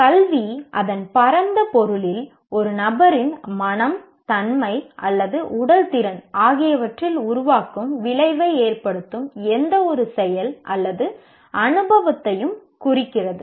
கல்வி அதன் பரந்த பொருளில் ஒரு நபரின் மனம் தன்மை அல்லது உடல் திறன் ஆகியவற்றில் உருவாக்கும் விளைவை ஏற்படுத்தும் எந்தவொரு செயல் அல்லது அனுபவத்தையும் குறிக்கிறது